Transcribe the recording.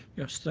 yes, thank